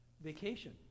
vacation